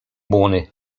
błony